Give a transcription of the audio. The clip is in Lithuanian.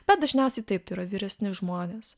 bet dažniausiai taip tai yra vyresni žmonės